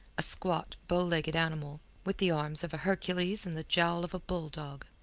a squat, bow-legged animal with the arms of a hercules and the jowl of a bulldog.